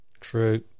True